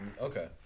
Okay